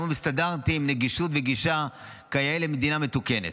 עם סטנדרטים של נגישות וגישה כיאה למדינה מתוקנת.